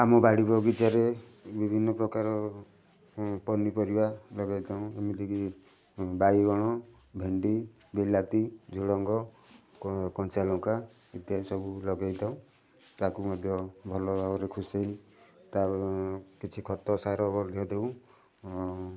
ଆମ ବାଡ଼ି ବଗିଚାରେ ବିଭିନ୍ନ ପ୍ରକାର ପନିପରିବା ଲଗାଇ ଥାଉ ଯେମିତି କି ବାଇଗଣ ଭେଣ୍ଡି ବିଲାତି ଝୁଡ଼ଙ୍ଗ କଞ୍ଚା ଲଙ୍କା ଇତ୍ୟାଦି ସବୁ ଲଗାଇଥାଉ ତାକୁ ମଧ୍ୟ ଭଲ ଭାବରେ ଖୁସାଇ କିଛି ଖତ ସାର ମଧ୍ୟ ଦେଉ